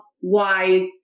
wise